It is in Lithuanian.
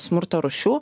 smurto rūšių